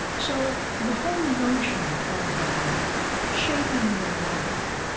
so the whole notion of shaping your life,